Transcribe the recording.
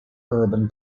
urban